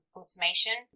automation